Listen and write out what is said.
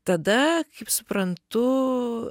tada kaip suprantu